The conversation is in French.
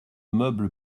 meuble